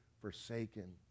forsaken